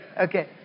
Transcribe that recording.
Okay